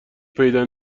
پیدا